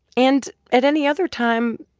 and at any other time,